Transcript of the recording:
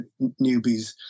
newbies